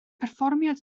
perfformiad